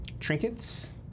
Trinkets